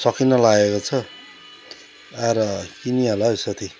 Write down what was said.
सकिनलागेको छ आएर किनिहाल है साथी